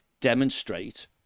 demonstrate